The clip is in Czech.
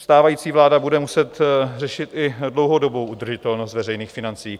Stávající vláda bude muset řešit i dlouhodobou udržitelnost veřejných financí.